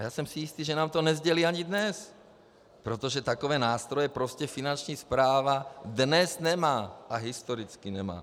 A já jsem si jistý, že nám to nesdělí ani dnes, protože takové nástroje prostě Finanční správa dnes nemá a historicky nemá.